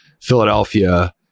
Philadelphia